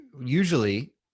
usually